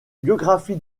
biographies